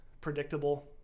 predictable